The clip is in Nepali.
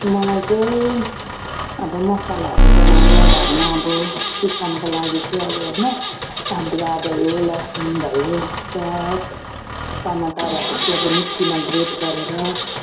मलाई चाहिँ अब मसलाहरू बनाउनु घरमा अब चिकनको लागि चाहिँ अब होइन अदुवा भयो लसुन भयो प्याज टमाटरहरू चाहिँ अब मिक्सीमा ग्रेट गरेर